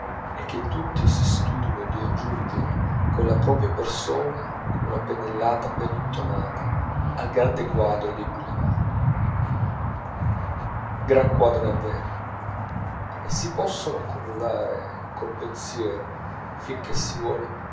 e che tutti si studino di aggiungere colla propria persona una pennellata ben intonata al gran quadro dei boulevards gran quadro davvero e si possono accumulare col pensiero fin che si vuole